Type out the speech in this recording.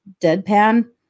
deadpan